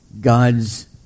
God's